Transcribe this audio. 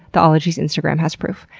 the ologies instagram has proof.